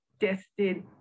tested